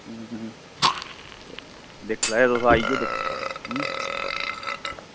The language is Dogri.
ते दिक्खी लैओ तुस आइयै अं